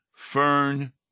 Fern